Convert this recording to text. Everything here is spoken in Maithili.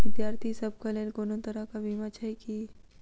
विद्यार्थी सभक लेल कोनो तरह कऽ बीमा छई की?